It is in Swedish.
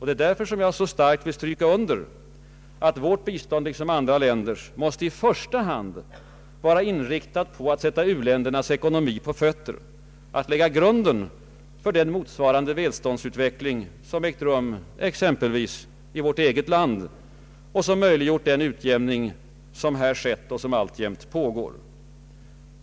Det är därför jag så starkt vill stryka under att vårt bistånd liksom andra länders måste i första hand vara inriktat på att sätta u-ländernas ekonomi på fötter, att lägga grunden för den motsvarande välståndsutveckling som ägt rum exempelvis i vårt eget land och som möjliggjort den utjämning som här skett och alltjämt pågår.